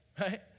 right